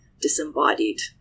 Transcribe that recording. disembodied